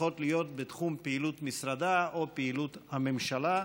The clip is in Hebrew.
צריכות להיות בתחום פעילות משרדה או פעילות הממשלה.